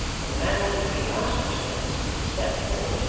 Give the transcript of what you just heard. when the man who had been last upstairs, stepped forward,